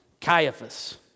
Caiaphas